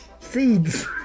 Seeds